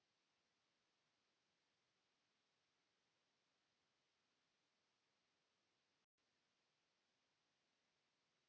kiitos